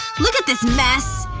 look at this mess.